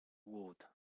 wood